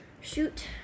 shoot